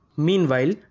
Meanwhile